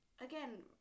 again